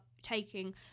taking